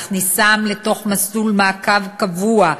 להכניסם לתוך מסלול ומעקב קבוע,